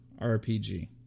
RPG